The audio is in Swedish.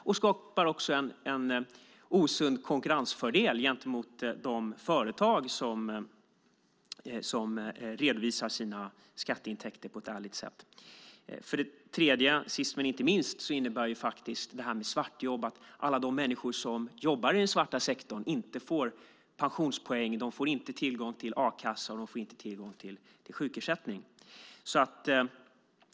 Det skapar också en osund konkurrensfördel gentemot de företag som redovisar sina skatteintäkter på ett ärligt sätt. Och sist men inte minst innebär det att alla de människor som jobbar i den svarta sektorn inte får pensionspoäng och tillgång till a-kassa och sjukersättning.